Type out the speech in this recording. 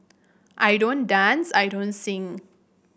I don't dance I don't sing